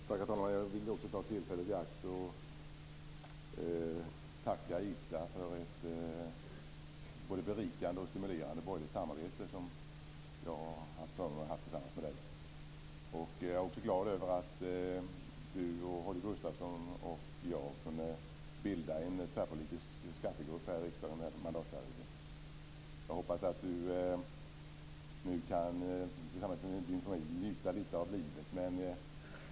Herr talman! Jag vill ta tillfället i akt och tacka Isa för ett berikande och stimulerande borgerligt samarbete som jag har haft förmånen att ha tillsammans med dig. Jag är glad över att du, Holger Gustafsson och jag kunde bilda en tvärpolitisk skattegrupp i riksdagen under mandatperioden. Jag hoppas att du nu tillsammans med din familj kan njuta litet av livet.